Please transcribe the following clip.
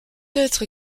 être